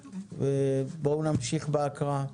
נמשיך בהקראה.